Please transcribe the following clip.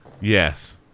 Yes